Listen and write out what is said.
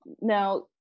Now